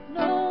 no